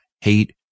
hate